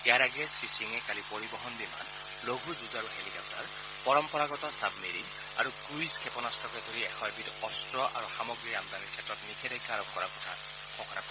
ইয়াৰ আগেয়ে শ্ৰীসিঙে কালি পৰিবহন বিমান লঘু যুঁজাৰু হেলিকপ্তাৰ পৰম্পৰাগত চাবমেৰিণ ক্ৰইজ ক্ষপনাস্থকে ধৰি এশ এবিধ অস্ত্ৰ আৰু সামগ্ৰীৰ আমদানিৰ ক্ষেত্ৰত নিষেধাজ্ঞা আৰোপ কৰাৰ কথা ঘোষণা কৰে